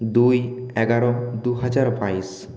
দুই এগারো দুহাজার বাইশ